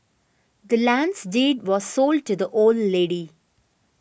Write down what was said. the land's deed was sold to the old lady